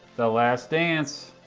the last dance.